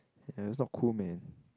and it was not cool man